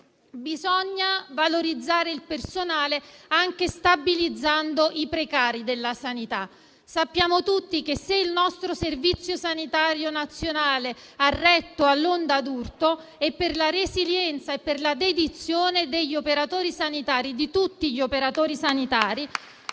Bisogna valorizzare il personale anche stabilizzando i precari della sanità. Sappiamo tutti che se il Servizio sanitario nazionale ha retto all'onda d'urto è per la resilienza e la dedizione di tutti gli operatori sanitari,